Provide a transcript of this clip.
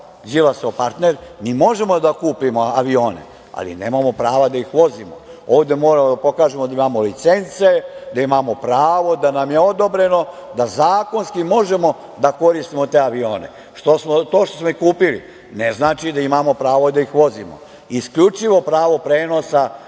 Đilasov partner, mi možemo da kupimo avione, ali nemamo pravo da ih vozimo. Ovde moramo da pokažemo da imamo licence, da imamo pravo, da nam je odobreno da zakonski možemo da koristimo te avione. To što smo ih kupili ne znači da imamo pravo da ih vozimo. Isključivo pravo prenosa